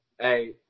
Hey